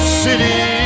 city